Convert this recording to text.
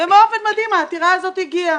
באופן מדהים העתירה הזאת הגיעה.